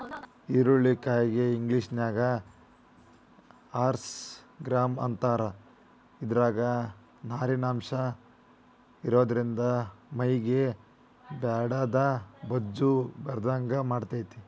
ಹುರುಳಿ ಕಾಳಿಗೆ ಇಂಗ್ಲೇಷನ್ಯಾಗ ಹಾರ್ಸ್ ಗ್ರಾಂ ಅಂತಾರ, ಇದ್ರಾಗ ನಾರಿನಂಶ ಇರೋದ್ರಿಂದ ಮೈಗೆ ಬ್ಯಾಡಾದ ಬೊಜ್ಜ ಬರದಂಗ ಮಾಡ್ತೆತಿ